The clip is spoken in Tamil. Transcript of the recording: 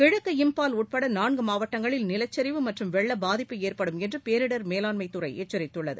கிழக்கு இம்பால் உட்பட நான்கு மாவட்டங்களில் நிலச்சரிவு மற்றம் வெள்ளப்பாதிப்பு ஏற்படும் என்று பேரிடர் மேலாண்மை துறை எச்சரித்துள்ளது